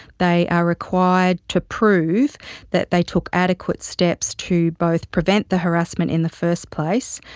they are required to prove that they took adequate steps to both prevent the harassment in the first place,